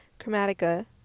chromatica